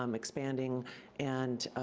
um expanding and